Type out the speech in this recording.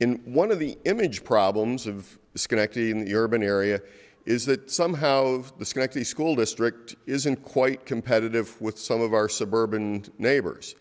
in one of the image problems of disconnecting the urban area is that somehow of disconnect the school district isn't quite competitive with some of our suburban neighbors